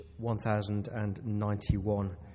1091